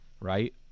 Right